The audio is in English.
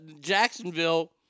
Jacksonville